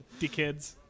dickheads